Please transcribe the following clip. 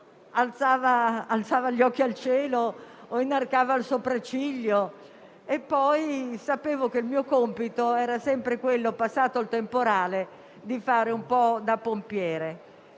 alzava gli occhi al cielo o inarcava il sopracciglio e poi sapevo che il mio compito era sempre quello, passato il temporale, di fare in qualche modo da pompiere.